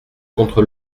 contre